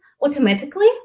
automatically